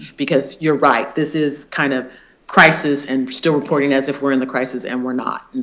because you're right. this is kind of crisis and still reporting as if we're in the crisis and we're not. and